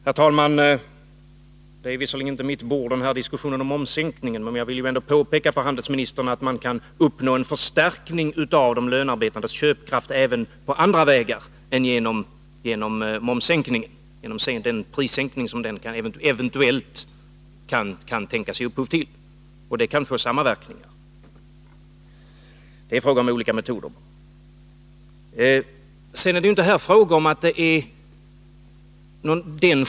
Herr talman! Diskussionen om momssänkningen är visserligen inte mitt bord, men jag vill påpeka för handelsministern att man kan uppnå en förstärkning av de lönearbetandes köpkraft även på andra vägar än genom den prissänkning som momssänkningen eventuellt kan tänkas ge upphov till. Man kan få samma verkningar — det är bara fråga om olika metoder.